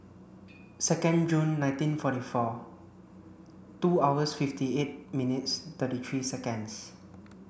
second June nineteen forty four two hours fifty eight minutes thirty three seconds